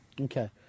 Okay